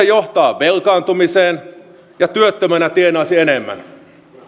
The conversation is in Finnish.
johtaa velkaantumiseen ja työttömänä tienaisi enemmän